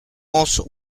oso